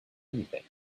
anything